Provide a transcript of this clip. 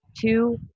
two